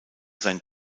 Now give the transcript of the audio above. sein